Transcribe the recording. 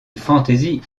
fantaisie